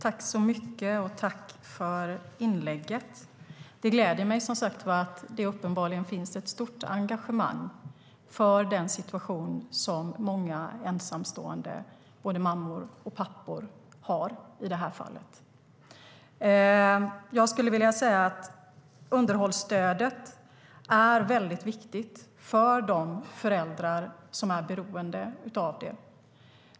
Herr talman! Jag tackar för inlägget. Det gläder mig som sagt att det uppenbarligen finns ett stort engagemang för den situation som många ensamstående mammor och pappor har. Det finns föräldrar som är beroende av underhållsstödet.